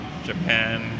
Japan